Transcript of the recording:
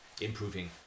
improving